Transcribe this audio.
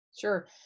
Sure